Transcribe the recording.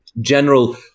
general